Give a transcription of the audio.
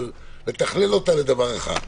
אבל אני אתכלל אותה לדבר אחד.